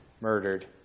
murdered